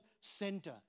center